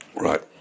Right